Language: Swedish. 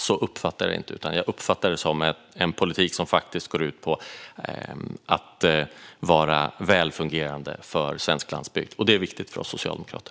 Så uppfattar inte jag det, utan jag uppfattar det som en politik som går ut på att vara välfungerande för svensk landsbygd. Och det är viktigt för oss socialdemokrater.